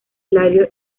labio